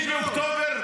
באוקטובר.